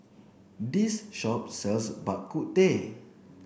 this shop sells Bak Kut Teh